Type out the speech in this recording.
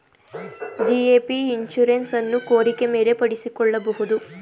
GAP insurance ಅನ್ನು ಕೋರಿಕೆ ಮೇಲೆ ಪಡಿಸಿಕೊಳ್ಳಬಹುದು